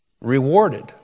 rewarded